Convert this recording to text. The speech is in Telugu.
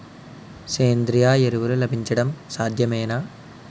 సేంద్రీయ ఎరువులు లభించడం సాధ్యమేనా?